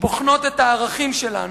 שבוחנות את הערכים שלנו.